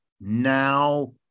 now